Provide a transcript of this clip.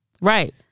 Right